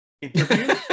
Interview